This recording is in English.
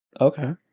Okay